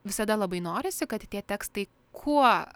visada labai norisi kad tie tekstai kuo